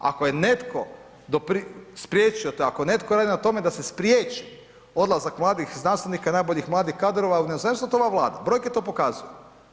Ako je netko spriječio, ako je netko radio na tome da se spriječi odlazak mladih znanstvenika i najboljih mladih kadrova u inozemstvo, to je ova Vlada, brojke to pokazuju.